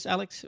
Alex